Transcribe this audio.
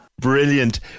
Brilliant